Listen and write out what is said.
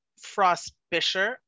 Frostbisher